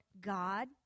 God